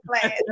plan